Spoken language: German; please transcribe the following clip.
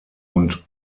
und